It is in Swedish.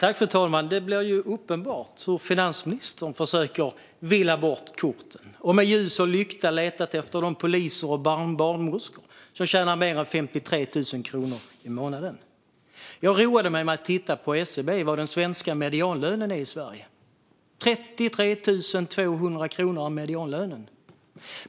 Fru talman! Det blir uppenbart hur finansministern försöker villa bort korten och hur hon med ljus och lykta har letat efter poliser och barnmorskor som tjänar mer än 53 000 kronor i månaden. Jag roade mig med att titta på SCB vad medianlönen är i Sverige - 33 200 kronor.